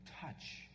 touch